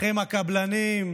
לכם, הקבלנים,